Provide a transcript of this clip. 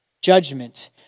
judgment